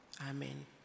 amen